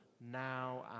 now